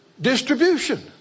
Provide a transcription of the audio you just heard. distribution